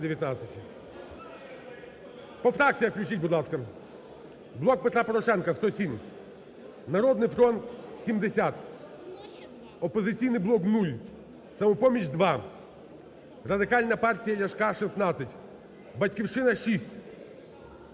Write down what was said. по фракціях, включіть, будь ласка. "Блок Петра Порошенка" – 107, "Народний фронт" – 70, "Опозиційний блок" – 0, "Самопоміч" – 2, Радикальна партія Ляшка – 16, "Батьківщина"